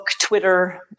Twitter